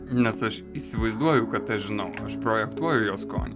nes aš įsivaizduoju kad aš žinau aš projektuoju jo skonį